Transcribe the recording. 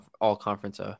All-Conference